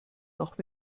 noch